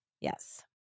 Yes